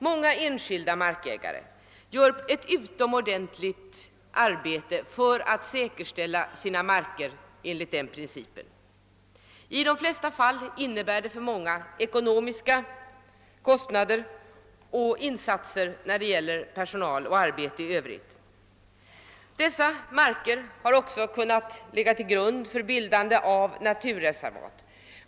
Många enskilda markägare gör ett utomordentligt arbete för att säkerställa sina marker för naturvårdsändamål. I de flesta fall medför detta stora kostnader och insatser av personal och arbete. Sådan enskild mark har kunnat ligga till grund för bildandet av naturreservat.